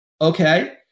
okay